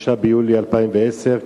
5 ביולי 2010,